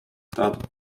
that